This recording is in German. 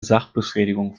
sachbeschädigung